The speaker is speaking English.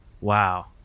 Wow